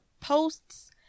posts